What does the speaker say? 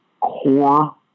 core